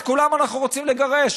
את כולם אנחנו רוצים לגרש.